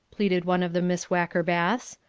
pleaded one of the miss wackerbaths,